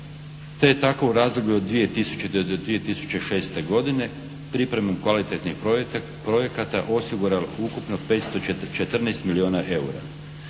te je tako u razdoblju od 2000. do 2006. godine pripremom kvalitetnih projekata osigurala ukupno 514 milijuna eura.